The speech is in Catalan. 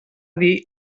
dir